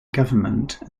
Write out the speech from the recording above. government